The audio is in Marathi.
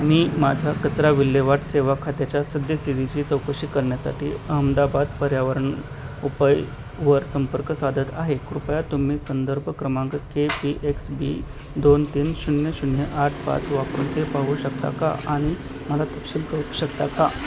मी माझा कचरा विल्हेवाट सेवा खात्याच्या सद्यस्तितीची चौकशी करण्यासाठी अहमदाबाद पर्यावरण उपाय वर संपर्क साधत आहे कृपया तुम्ही संदर्भ क्रमांक के सी एक्स बी दोन तीन शून्य शून्य आठ पाच वापर ते पाहू शकता का आणि मला तपशील कळवू शकता का